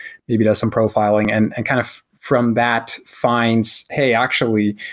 maybe does some profiling, and and kind of from that finds, hey, actually,